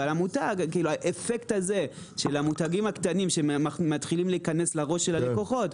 אבל האפקט של המותגים הקטנים שמתחילים להיכנס לראש של הלקוחות,